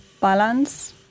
balance